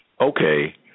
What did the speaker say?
okay